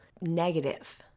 negative